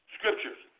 Scriptures